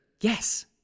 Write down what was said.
yes